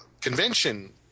convention